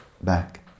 back